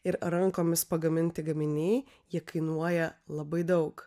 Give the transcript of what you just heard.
ir rankomis pagaminti gaminiai jie kainuoja labai daug